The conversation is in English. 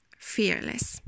Fearless